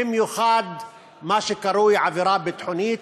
במיוחד במה שקרוי עבירה ביטחונית.